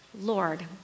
Lord